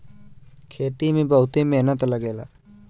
खेती में बहुते मेहनत लगेला